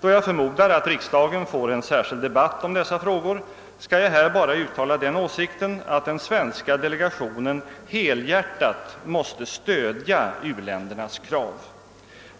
Då jag förmodar att riksdagen får en särskild debatt om dessa frågor skall jag nu bara uttala åsikten att den svenska delegationen helhjärtat måste stödja u-ländernas krav.